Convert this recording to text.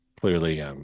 clearly